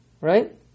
right